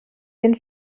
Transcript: den